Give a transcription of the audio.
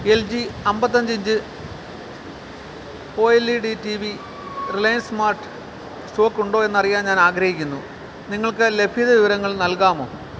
L G അമ്പത്തി അഞ്ച് inch O L E D T V Reliance smart stock ഉണ്ടോ എന്നറിയാൻ ഞാൻ ആഗ്രഹിക്കുന്നു നിങ്ങൾക്ക് ലഭ്യത വിവരങ്ങൾ നൽകാമോ